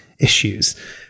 issues